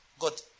God